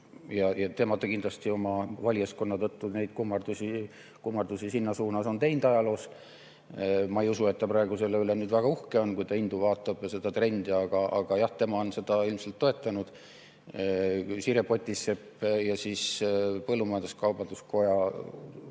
ja tema kindlasti oma valijaskonna tõttu neid kummardusi sinna suunas on teinud ajaloos. Ma ei usu, et ta praegu selle üle väga uhke on, kui ta hindu vaatab ja seda trendi. Aga jah, tema on seda ilmselt toetanud. Sirje Potisepp ja põllumajandus-kaubanduskoja